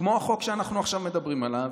כמו החוק שאנחנו עכשיו מדברים עליו,